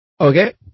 Okay